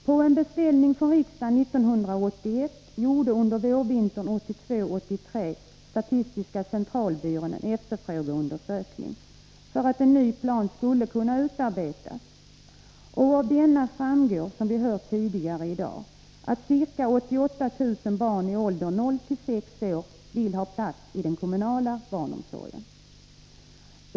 På en beställning från riksdagen 1981 gjorde statistiska centralbyrån under vårvintern 1983 en efterfrågeundersökning för att en ny plan skulle kunna utarbetas. Av denna framgår, som vi har hört tidigare i dag, att ca 88 000 barn i åldern 0-6 år vill ha plats i den kommunala barnomsorgen.